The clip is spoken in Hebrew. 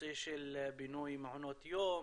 נושא של בינוי מעונות יום,